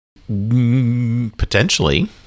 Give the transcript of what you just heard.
Potentially